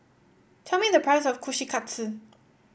tell me the price of Kushikatsu